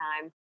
time